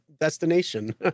destination